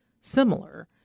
similar